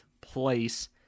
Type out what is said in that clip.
place